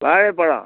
வாழைப்பழம்